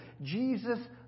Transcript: Jesus